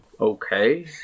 okay